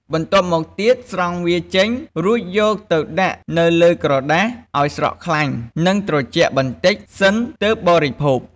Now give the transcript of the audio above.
បន្ទាប់មកទៀតស្រង់វាចេញ រួចយកទៅដាក់នៅលើក្រដាសឱ្យស្រក់ខ្លាញ់ និងត្រជាក់បន្តិចសិន ទើបបរិភោគ។